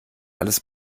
alles